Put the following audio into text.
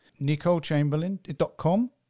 Nicolechamberlain.com